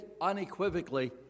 unequivocally